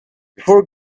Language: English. before